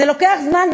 זה לוקח זמן,